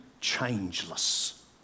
changeless